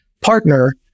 partner